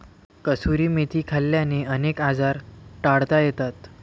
कसुरी मेथी खाल्ल्याने अनेक आजार टाळता येतात